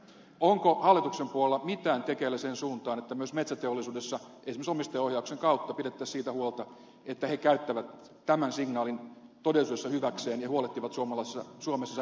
onko hallituksen puolella mitään tekeillä sen suuntaan että myös metsäteollisuudessa esimerkiksi omistajaohjauksen kautta pidettäisiin siitä huolta että he käyttävät tämän signaalin todellisuudessa hyväkseen ja huolehtivat suomessa säilyvistä työpaikoista